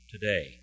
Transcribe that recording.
today